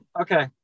Okay